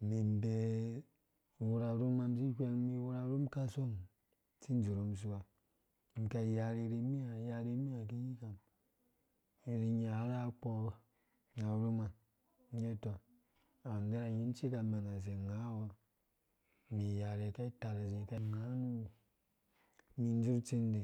umum inbee, uwura aruma si inweng iwura arum kasong si idzurhum usua. ka yare rimi ha iyare rimi ha yare rimihe ki iyikam izi inya urha urhakpɔɔ na aruma ngge tɔ awu unere nying ru cikamɛn se ungaa wo mi iyare ka itar izi ni dzurh utsindi